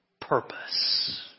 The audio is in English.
purpose